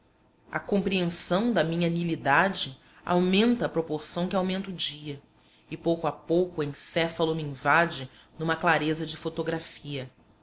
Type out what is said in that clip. a compreensão da minha niilidade aumenta à proporção que aumenta o dia e pouco a pouco o encéfalo me invade numa clareza de fotografia